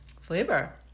flavor